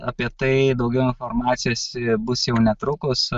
apie tai daugiau informacijos bus jau netrukus